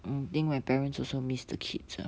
mm think my parents also miss the kids ah